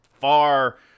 far